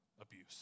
abuse